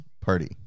Party